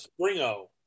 Springo